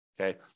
Okay